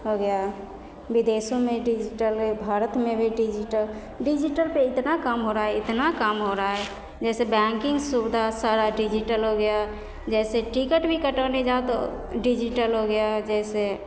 हो गया बिदेशोमे डिजीटल एहि भारतमे भी डिजीटल डिजीटल पे इतना काम हो रहा है इतना काम हो रहा है जैसे बैंकिंग सुबिधा सारा डिजीटल हो गया है जैसे टीकट भी कटाने जाउ तो डिजीटल हो गया है जैसे